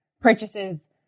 purchases